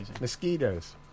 Mosquitoes